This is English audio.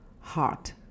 heart